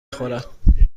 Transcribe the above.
خورد